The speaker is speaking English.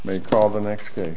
may call the next day